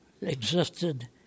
existed